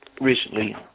recently